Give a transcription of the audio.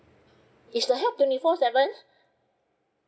is the help twenty four seven